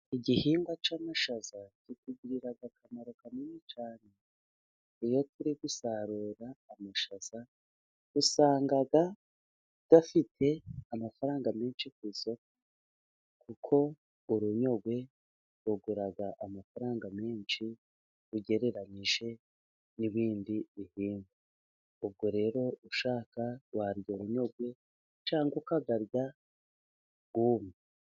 Igihingwa cy' amashaza kitugirira akamaro kanini cyane, iyo turi gusarura amashaza usanga afite amafaranga menshi ku isoko, kuko urunyogwe rugura amafaranga menshi ugereranyije n'ibindi bihingwa. Ubwo rero ushaka warya urunyogwe cyangwa ukayarya yumye.